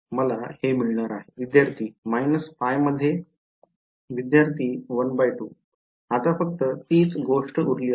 − π मध्ये विद्यार्थी 12 आता फक्त तीच गोष्टउरली आहे